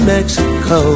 Mexico